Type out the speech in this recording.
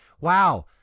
wow